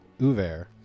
Uver